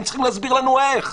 הם צריכים להסביר לנו איך.